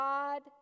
God